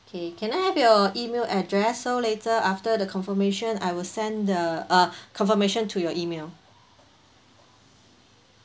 K can I have your email address so later after the confirmation I will send the uh confirmation to your email